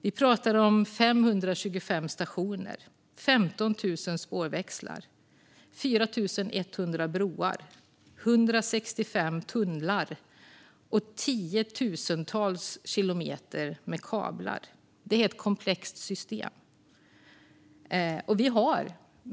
Vi pratar om 525 stationer, 15 000 spårväxlar, 4 100 broar, 165 tunnlar och tiotusentals kilometer kablar. Det är ett komplext system.